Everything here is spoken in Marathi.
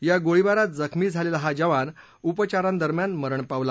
या गोळीबारात जखमी झालेला हा जवान उपचारांदरम्यान मरण पावला